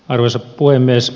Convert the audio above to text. arvoisa puhemies